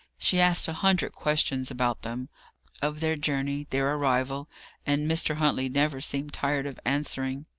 she asked a hundred questions about them of their journey, their arrival and mr. huntley never seemed tired of answering.